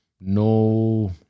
no